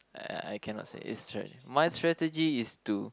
uh I cannot say is str~ my strategy is to